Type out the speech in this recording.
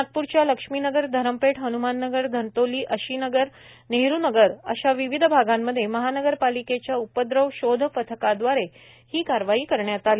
नागप्रच्या लक्ष्मी नगर धरमपेठ हन्मान नगर धंतोली अशीनगर नेहरूनगर आशा विविध भागांमध्ये महानगर पालिकेच्या उपद्रव शोध पथकाद्वारे उपरोक्त कारवाई करण्यात आली